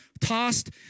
tossed